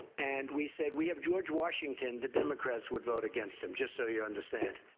and we said, we have george washington, the democrats would vote against him. just so you understand.